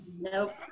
Nope